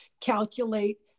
calculate